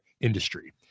industry